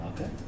Okay